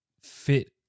fit